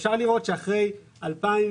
אפשר לראות שאחרי 2009,